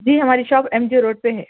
جی ہماری shop M G ے road پہ ہے